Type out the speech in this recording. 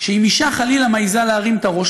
אם אישה חלילה מעיזה להרים את הראש,